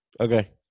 Okay